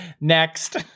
Next